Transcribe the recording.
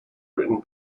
written